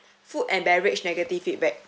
food and beverage negative feedback